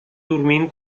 dormindo